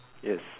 yes